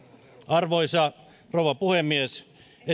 arvoisa rouva puhemies esittelen